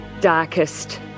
darkest